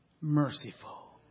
merciful